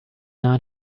not